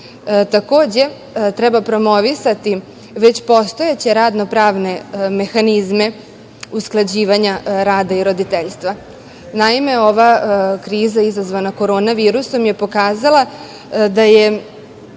treba promovisati već postojeće radno-pravne mehanizme usklađivanja rada i roditeljstva. Naime, ova kriza izazvana korona virusom je pokazala da je